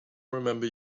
remember